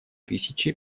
тысячи